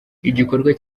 igikorwa